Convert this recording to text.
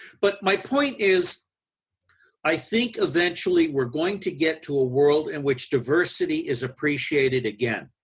but my point is i think eventually we are going to get to a world in which diversity is appreciated again.